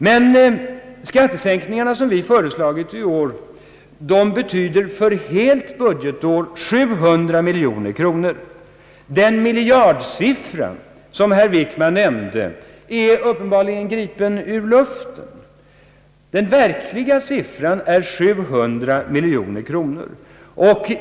Den skattesänkning som vi har föreslagit i år betyder för helt budgetår 700 miljoner kronor. Den miljardsiffra som herr Wickman nämnde är uppenbarligen gripen ur luften; den verkliga siffran är 700 miljoner kronor.